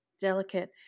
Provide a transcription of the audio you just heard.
delicate